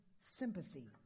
sympathy